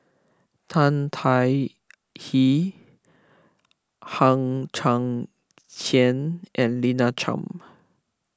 Tan Tai Hye Hang Chang Chieh and Lina Chiam